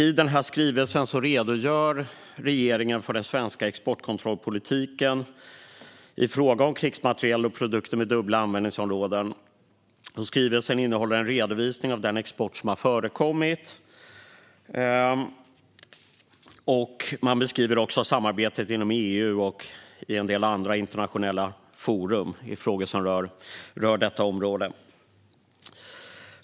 I skrivelsen redogör regeringen för den svenska exportkontrollpolitiken i fråga om krigsmateriel och produkter med dubbla användningsområden. Skrivelsen innehåller en redovisning av den export som har förekommit. Man beskriver också samarbetet inom EU och i en del andra internationella forum i frågor som rör detta område.